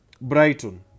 Brighton